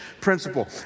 principle